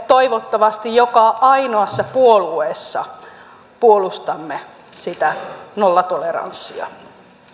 toivottavasti joka ainoassa puolueessa puolustamme sitä nollatoleranssia